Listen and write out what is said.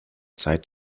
zeit